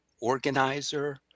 organizer